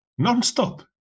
nonstop